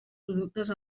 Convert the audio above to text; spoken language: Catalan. productes